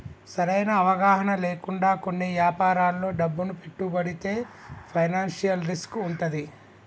సరైన అవగాహన లేకుండా కొన్ని యాపారాల్లో డబ్బును పెట్టుబడితే ఫైనాన్షియల్ రిస్క్ వుంటది